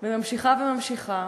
וממשיכה וממשיכה,